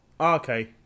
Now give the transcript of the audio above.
okay